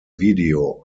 video